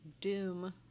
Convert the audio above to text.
doom